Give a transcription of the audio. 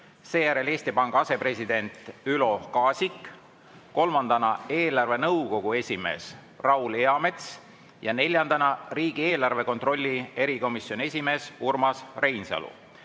seejärel Eesti Panga asepresident Ülo Kaasik, kolmandana eelarvenõukogu esimees Raul Eamets ja neljandana riigieelarve kontrolli erikomisjoni esimees Urmas Reinsalu.